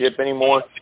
anymore